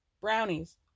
brownies